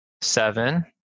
seven